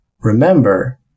Remember